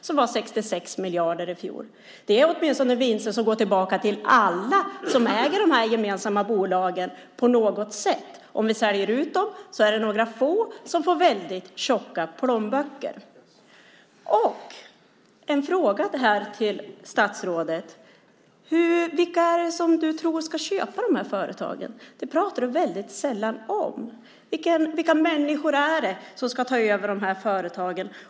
Det är åtminstone vinster som på något sätt går tillbaka till alla som äger dessa gemensamma bolag. Säljer vi ut dem är det några få som får väldigt tjocka plånböcker. Jag har en fråga till statsrådet: Vilka är det som ska köpa dessa företag? Det pratar du sällan om. Vilka människor är det som ska ta över dessa företag?